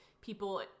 people